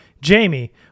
Jamie